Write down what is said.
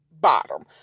bottom